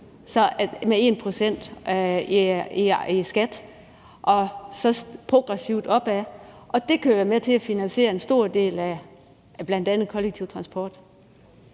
på 1 pct. og så går progressivt opad. Det kunne være med til at finansiere en stor del af bl.a. den kollektive transport.